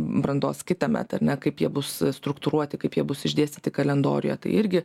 brandos kitąmet ar ne kaip jie bus struktūruoti kaip jie bus išdėstyti kalendoriuje tai irgi